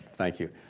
thank you.